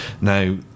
Now